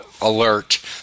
alert